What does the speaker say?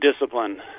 discipline